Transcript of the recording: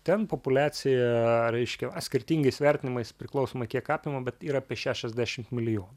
ten populiacija reiškia skirtingais vertinimais priklausomai kiek apima bet yra apie šešiasdešimt milijonų